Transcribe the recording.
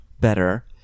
better